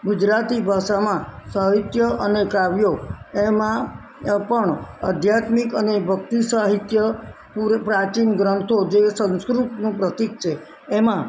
ગુજરાતી ભાષામાં સાહિત્ય અને કાવ્યો એમાં પણ આધ્યાત્મિક અને ભક્તિ સાહિત્ય પૂરું પ્રાચીન ગ્રંથો જે સંસ્કૃતનું પ્રતિક છે એમાં